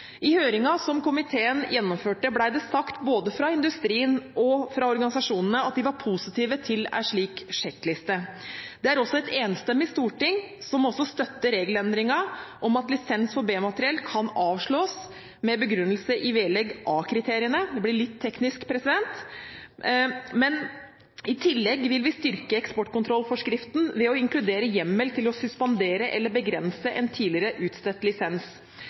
I høringen som komiteen gjennomførte, ble det sagt både fra industrien og organisasjonene at de var positive til en slik sjekkliste. Det er også et enstemmig storting som støtter regelendringen om at lisens for B-materiell kan avslås med begrunnelse i vedlegg A-kriteriene – dette blir litt teknisk. I tillegg vil vi styrke eksportkontrollforskriften ved å inkludere hjemmel til å suspendere eller begrense en tidligere utstedt lisens.